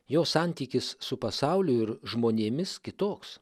jo santykis su pasauliu ir žmonėmis kitoks